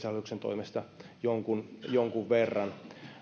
hallituksen toimesta jonkun jonkun verran